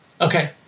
Okay